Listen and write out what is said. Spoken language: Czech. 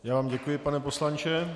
Já vám děkuji, pane poslanče.